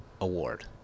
award